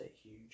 huge